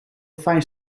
fijn